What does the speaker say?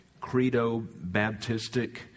credo-baptistic